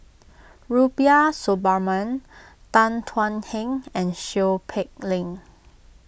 Rubiah Suparman Tan Thuan Heng and Seow Peck Leng